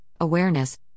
awareness